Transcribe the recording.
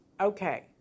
Okay